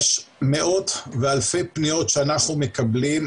יש מאות ואלפי פניות שאנחנו מקבלים,